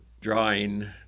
drawing